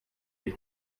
die